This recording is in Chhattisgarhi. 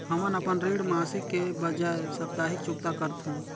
हमन अपन ऋण मासिक के बजाय साप्ताहिक चुकता करथों